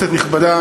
כנסת נכבדה,